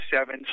seven